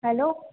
hello